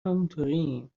همونطوریم